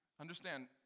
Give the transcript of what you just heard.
Understand